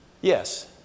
Yes